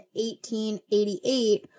1888